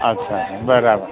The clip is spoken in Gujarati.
અચ્છા અચ્છા બરાબર